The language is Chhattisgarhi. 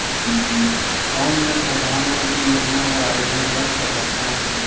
कौन मैं परधानमंतरी योजना बर आवेदन कर सकथव?